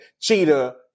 Cheetah